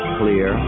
clear